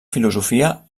filosofia